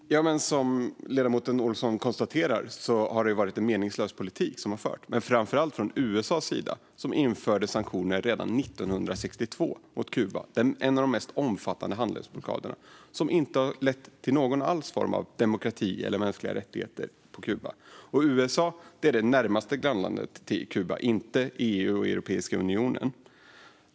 Fru talman! Som ledamoten Olsson konstaterar har det varit en meningslös politik som har förts. Det gäller framför allt från USA:s sida. De införde sanktioner mot Kuba redan 1962 i en av de mest omfattande handelsblockaderna. Det har inte lett till någon som helst form av demokrati eller mänskliga rättigheter på Kuba. USA är det närmaste grannlandet till Kuba - inte Europeiska unionen.